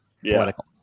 political